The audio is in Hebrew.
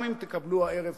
וגם אם תקבלו הערב,